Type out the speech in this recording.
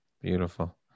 Beautiful